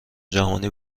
جهانی